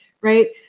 right